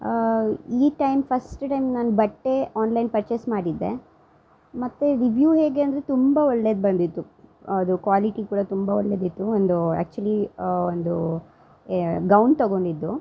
ಆ ಈ time first time ನಾನು ಬಟ್ಟೆ ಆನ್ಲೈನ್ ಪರ್ಚೇಸ್ ಮಾಡಿದ್ದೆ ಮತ್ತು ರಿವಿವ್ಯೂ ಹೇಗೆ ಅಂದರೆ ತುಂಬ ಒಳ್ಳೆದು ಬಂದಿತ್ತು ಅದು ಕ್ವಾಲಿಟಿ ಕೂಡ ತುಂಬ ಒಳ್ಳೆದಿತ್ತು ಒಂದು ಆ್ಯಕ್ಚುಲಿ ಒಂದು ಎ ಗೌನ್ ತಗೊಂಡಿದ್ದು